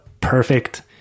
perfect